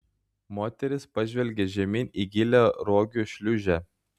moteris pažvelgė žemyn į gilią rogių šliūžę